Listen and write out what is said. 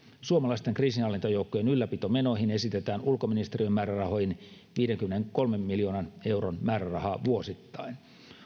suomalaisten kriisinhallintajoukkojen ylläpitomenoihin esitetään ulkoministeriön määrärahoihin viidenkymmenenkolmen miljoonan euron määrärahaa vuosittain